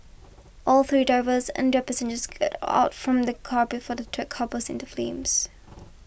all three drivers and their passengers got out from the car before the third car burst into flames